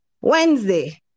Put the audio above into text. Wednesday